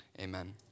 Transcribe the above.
amen